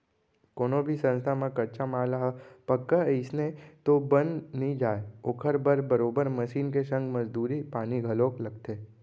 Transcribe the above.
कोनो भी संस्था म कच्चा माल ह पक्का अइसने तो बन नइ जाय ओखर बर बरोबर मसीन के संग मजदूरी पानी घलोक लगथे